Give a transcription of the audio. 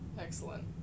Excellent